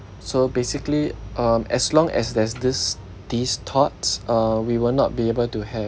so basically um as long as there's these these thoughts uh we will not be able to have